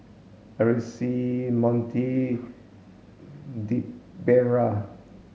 Aracely Montie Debera